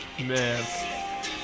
Man